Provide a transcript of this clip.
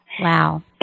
Wow